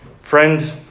friend